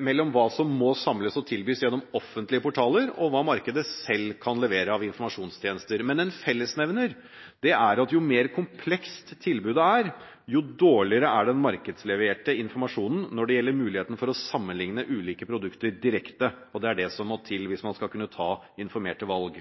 mellom hva som må samles og tilbys gjennom offentlige portaler, og hva markedet selv kan levere av informasjonstjenester, men en fellesnevner er at jo mer komplekst tilbudet er, jo dårligere er den markedsleverte informasjonen når det gjelder muligheten for å sammenlikne ulike produkter direkte, og det er det som må til hvis man skal kunne ta informerte valg.